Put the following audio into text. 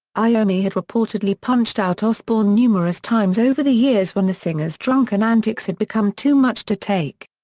iommi had reportedly punched out osbourne numerous times over the years when the singer's drunken antics had become too much to take.